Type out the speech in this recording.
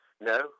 No